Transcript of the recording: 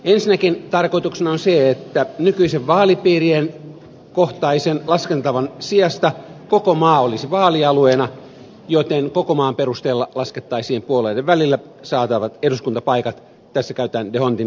ensinnäkin tarkoituksena on se että nykyisen vaalipiirikohtaisen laskentatavan sijasta koko maa olisi vaalialueena joten koko maan perusteella laskettaisiin puolueiden välillä saatavat eduskuntapaikat tässä käyttäen dhondtin järjestelmää